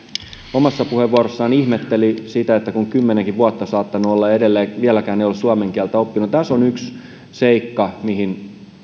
omassa puheenvuorossaan ihmetteli sitä että on kymmenenkin vuotta saattanut olla täällä ja vieläkään ei ole suomen kieltä oppinut tässä on yksi seikka mihin